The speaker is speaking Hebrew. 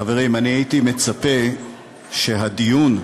חברים, הייתי מצפה שהדיון פה,